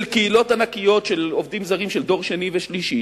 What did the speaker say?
קהילות ענקיות של עובדים זרים של דור שני ושלישי,